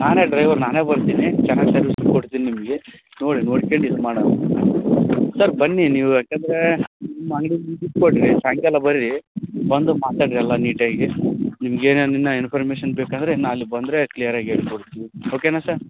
ನಾನೇ ಡ್ರೈವರ್ ನಾನೇ ಬರ್ತೀನಿ ಚೆನ್ನಾಗಿ ಸರ್ವಿಸ್ ಕೊಡ್ತೀನಿ ನಿಮಗೆ ನೋಡಿ ನೋಡ್ಕ್ಯಂಡು ಇದು ಮಾಡಣ ಸರ್ ಬನ್ನಿ ನೀವು ಯಾಕಂದರೆ ಸಾಯಂಕಾಲ ಬರ್ರಿ ಬಂದು ಮಾತಾಡ್ರಿ ಎಲ್ಲ ನೀಟಾಗಿ ನಿಮ್ಗೆನ ಇನ್ನ ಇನ್ಫರ್ಮೇಷನ್ ಬೇಕೆಂದರೆ ಇನ್ನ ಅಲ್ಲಿ ಬಂದರೆ ಕ್ಲಿಯರ್ ಆಗಿ ಹೇಳ್ಕೊಡ್ತೀನಿ ಓಕೆನಾ ಸರ್